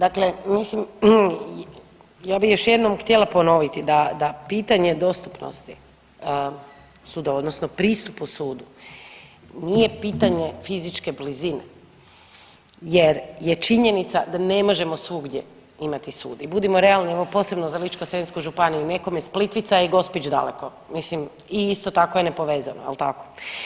Dakle, mislim ja bi još jednom htjela ponoviti da, da pitanje dostupnosti sudova odnosno pristup sudu nije pitanje fizičke blizine jer je činjenica da ne možemo svugdje imati sud i budimo realni evo posebno za Ličko-senjsku županiju, nekome iz Plitvica je Gospić daleko, mislim i isto tako je nepovezano jel tako?